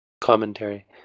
commentary